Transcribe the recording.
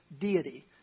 deity